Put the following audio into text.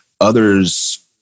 Others